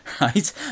right